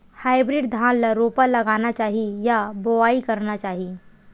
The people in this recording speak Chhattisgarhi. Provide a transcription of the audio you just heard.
हाइब्रिड धान ल रोपा लगाना चाही या बोआई करना चाही?